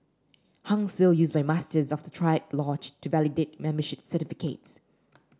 Hung Seal used by Masters of the triad lodge to validate membership certificates